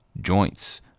joints